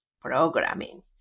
programming